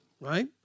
right